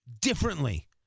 differently